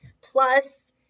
plus